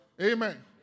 Amen